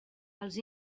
els